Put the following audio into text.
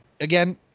again